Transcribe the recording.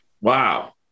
Wow